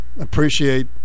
appreciate